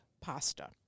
pasta